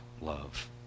love